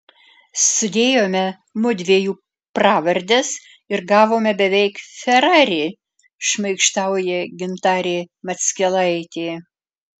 sudėjome mudviejų pravardes ir gavome beveik ferrari šmaikštauja gintarė mackelaitė